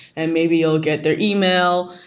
and maybe all get their email,